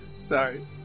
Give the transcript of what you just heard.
sorry